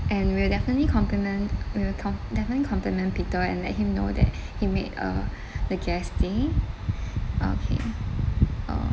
and we'll definitely compliment will comp~ definitely compliment peter and let him know that he made uh the guest stay okay oh